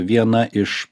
viena iš